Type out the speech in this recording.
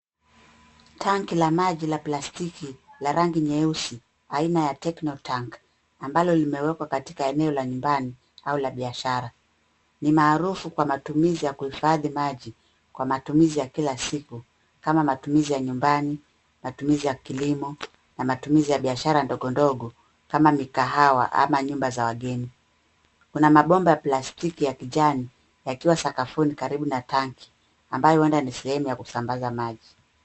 Tanki la maji la plastiki la rangi nyeusi, aina ya techno tank ambalo limewekwa katika eneo la nyumbani au la biashara. Ni maarufu kwa matumizi ya kuhifadhi maji kwa matumizi ya kila siku, kama matumizi ya nyumbani, matumizi ya kilimo na matumizi ya biashara ndogondogo kama mikahawa ama nyumba za wageni. Kuna mabomba ya plastiki ya kijani ikiwa sakafuni karibu na tanki ambayo huenda ni sehemu ya kusambaza maji.